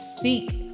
seek